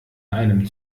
einem